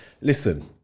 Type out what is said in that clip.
Listen